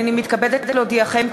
הנני מתכבדת להודיעכם,